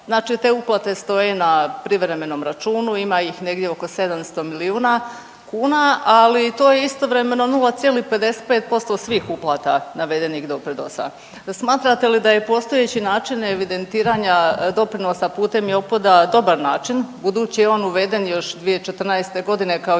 Znači te uplate stoje na privremenom računu, ima ih negdje oko 700 milijuna kuna, ali to je istovremeno 0,55% svih uplata navedenih doprinosa. Smatrate li da je postojeći način evidentiranja doprinosa putem JOPPD-a dobar način budući je on uveden još 2014. godine kao